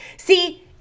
See